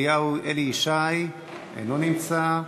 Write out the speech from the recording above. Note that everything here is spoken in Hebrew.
אלי ישי, אינו נמצא,